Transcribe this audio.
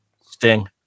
Sting